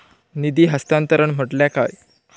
निधी हस्तांतरण म्हटल्या काय?